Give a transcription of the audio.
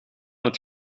het